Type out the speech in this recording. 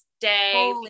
day